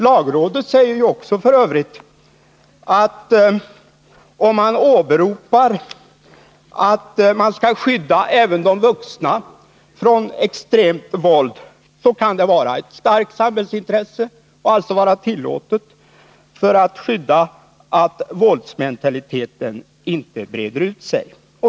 Lagrådet säger f. ö. också, att om man åberopar att även de vuxna skall skyddas från extremvåld, kan det vara ett starkt samhällsintresse och således vara tillåtet för att undvika att våldsmentaliteten breder ut sig.